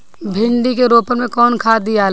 भिंदी के रोपन मे कौन खाद दियाला?